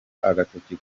agatoki